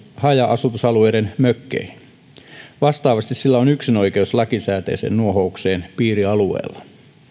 haja asutusalueiden mökkeihin vastaavasti sillä on yksinoikeus lakisääteiseen nuohoukseen piirialueella